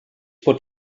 pot